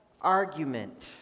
argument